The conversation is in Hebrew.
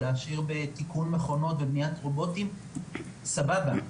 תיקון מכונות או בניית רובוטים סבבה.